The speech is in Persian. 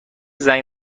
زنگ